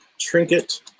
trinket